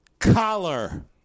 Collar